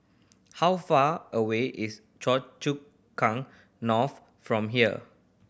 how far away is Choa Chu Kang North from here